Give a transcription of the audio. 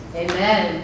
amen